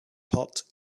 pot